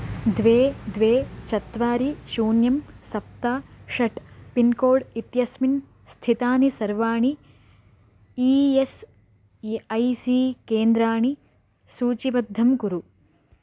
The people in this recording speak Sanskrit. द्वे द्वे चत्वारि शून्यं सप्त षट् पिन्कोड् इत्यस्मिन् स्थितानि सर्वाणि ई एस् ऐ सी केन्द्राणि सूचीबद्धं कुरु